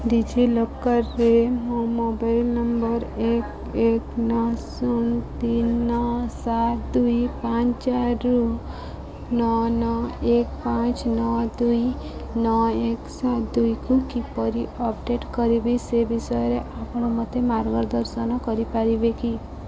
ଡିଜିଲକର୍ରେ ମୋ mobile number ଏକ ଏକ ନଅ ଶୂନ ତିନି ନଅ ସାତ ଦୁଇ ପାଞ୍ଚ ଚାରିରୁ ନଅ ନଅ ଏକ ପାଞ୍ଚ ନଅ ଦୁଇ ନଅ ଏକ ସାତ ଦୁଇକୁ କିପରି ଅପଡ଼େଟ୍ କରିବି ସେ ବିଷୟରେ ଆପଣ ମୋତେ ମାର୍ଗଦର୍ଶନ କରିପାରିବେ କି